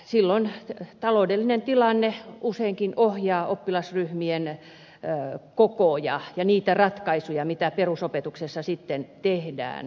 silloin taloudellinen tilanne useinkin ohjaa oppilasryhmien kokoja ja niitä ratkaisuja mitä perusopetuksessa sitten tehdään